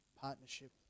partnership